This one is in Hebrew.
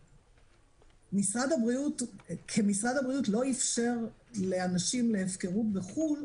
משרד הבריאות כמשרד בריאות לא אפשר הפקרות בחו"ל,